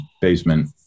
basement